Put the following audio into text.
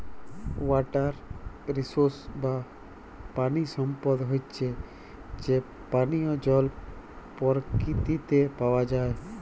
water resource বা পানি সম্পদ হচ্যে যে পানিয় জল পরকিতিতে পাওয়া যায়